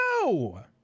No